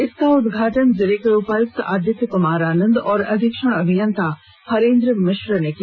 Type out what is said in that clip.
इसका उदघाटन जिले के उपायक्त आदित्य कुमार आनंद और अधीक्षण अभियंता हरेंद्र मिश्र ने की